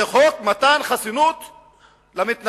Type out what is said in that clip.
זה חוק מתן חסינות למתנחלים.